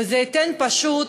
וזה ייתן פשוט